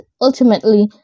ultimately